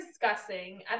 discussing